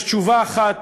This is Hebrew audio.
יש תשובה אחת